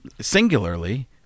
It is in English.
singularly